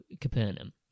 Capernaum